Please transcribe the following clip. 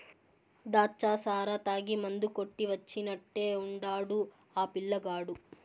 దాచ్చా సారా తాగి మందు కొట్టి వచ్చినట్టే ఉండాడు ఆ పిల్లగాడు